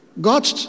God